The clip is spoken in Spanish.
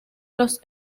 los